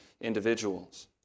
individuals